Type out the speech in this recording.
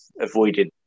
avoided